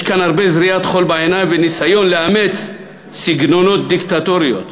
יש כאן הרבה זריית חול בעיניים וניסיון לאמץ סגנונות דיקטטוריים.